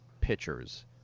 pitchers